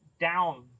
down